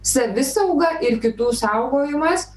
savisauga ir kitų saugojimas